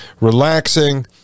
relaxing